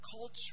culture